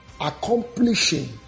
Accomplishing